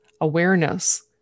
awareness